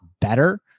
better